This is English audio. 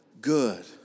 good